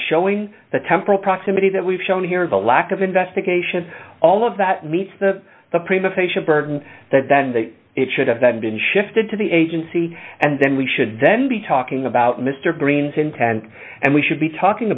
showing the temporal proximity that we've shown here and the lack of investigation all of that meets the the prima facia burden that then they should have then been shifted to the agency and then we should then be talking about mr green's intent and we should be talking